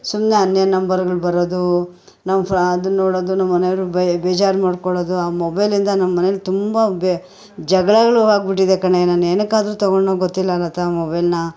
ಸುಮ್ಮನೆ ಅನ್ಯೋನ್ ನಂಬರ್ಗಳು ಬರೋದು ನಾವು ಫ್ರಾ ಅದನ್ನು ನೋಡೋದು ನಮ್ಮ ಮನೆಯವರು ಬೇಜಾರು ಮಾಡಿಕೊಳ್ಳೋದು ಆ ಮೊಬೈಲಿಂದ ನಮ್ಮ ಮನೆಯಲ್ ತುಂಬ ಬೆ ಜಗಳಗಳು ಆಗ್ಬಿಟ್ಟಿದೆ ಕಣೆ ನಾನು ಏನಕ್ಕಾದರು ತಗೊಂಡ್ನೋ ಗೊತ್ತಿಲ್ಲ ಲತಾ ಮೊಬೈಲ್ನ